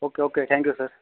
okay okay thank you sir